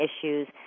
issues